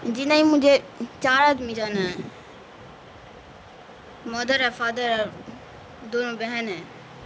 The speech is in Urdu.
جی نہیں مجھے چار آدمی جانا ہے مدر اور فادر اور دونوں بہن ہے